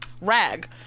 rag